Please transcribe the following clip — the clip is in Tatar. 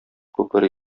күпере